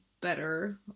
better